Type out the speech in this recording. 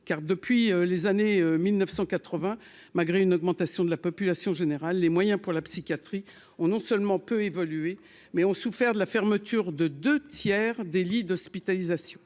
car depuis les années 1980 malgré une augmentation de la population générale, les moyens pour la psychiatrie ont non seulement peu évoluer mais ont souffert de la fermeture de 2 tiers des lits d'hospitalisation,